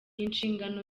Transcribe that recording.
inshingano